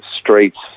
streets